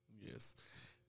Yes